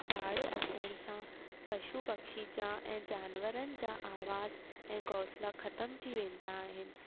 बाड़ अचण सां पशु पक्षी जा ऐं जानवारनि जा आवास ऐं घोंसला ख़तम थी वेंदा आहिनि